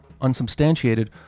unsubstantiated